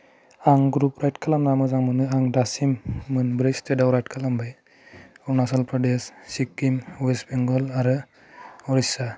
आं ग्रुप राइद खालामना मोजां मोनो आं दासिम मोनब्रै स्टेटआव राइद खालामबाय अरुणाचल प्रदेश सिकिम वेस्ट बेंगल आरो उरिच्चा